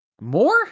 More